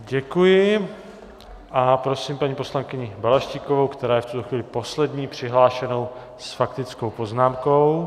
Děkuji a prosím paní poslankyni Balaštíkovou, která je v tuto chvíli poslední přihlášenou s faktickou poznámkou.